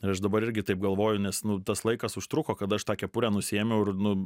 aš dabar irgi taip galvoju nes nu tas laikas užtruko kad aš tą kepurę nusiėmiau ir nu